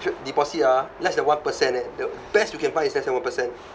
c~ deposit ah less than one percent eh the best you can find is less than one percent